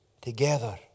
together